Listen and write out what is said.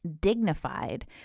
dignified